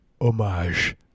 homage